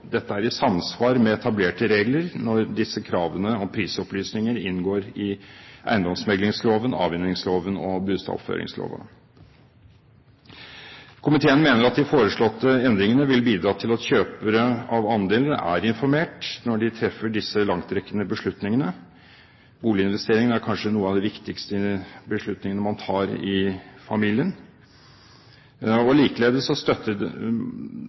Dette er i samsvar med etablerte regler når disse kravene om prisopplysninger inngår i eiendomsmeglingsloven, avhendingslova og bustadoppføringslova. Komiteen mener at de foreslåtte endringene vil bidra til at kjøpere av andelene er informert når de treffer disse langtrekkende beslutningene. Boliginvestering er kanskje noe av de viktigste beslutningene man tar i familien. Likeledes støtter man departementets vurdering om at reglene bør rette seg mot profesjonelle aktører ved forbrukersalg og